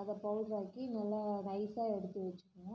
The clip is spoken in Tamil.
அதை பவுடராக்கி நல்லா நைஸாக எடுத்து வச்சிக்கணும்